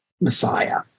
Messiah